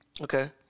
Okay